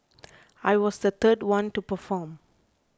I was the third one to perform